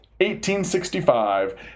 1865